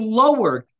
lowered